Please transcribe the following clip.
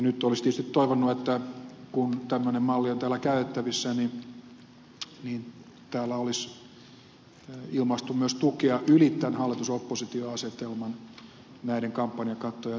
nyt olisi tietysti toivonut että kun tämmöinen malli on täällä käytettävissä niin täällä olisi ilmaistu tukea myös yli tämän hallitusoppositio asetelman näiden kampanjakattojen saamiselle